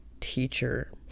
teacher